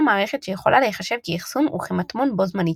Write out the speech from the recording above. מערכת שיכולה להיחשב כאחסון וכמטמון בו זמנית.